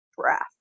Draft